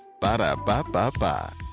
Ba-da-ba-ba-ba